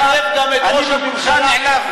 אני מאגף גם את ראש הממשלה מימין.